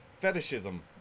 Fetishism